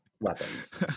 weapons